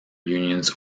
unions